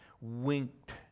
winked